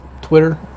Twitter